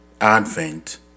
Advent